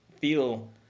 feel